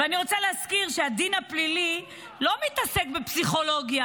אבל אני רוצה להזכיר שהדין הפלילי לא מתעסק בפסיכולוגיה,